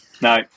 No